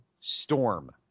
Storm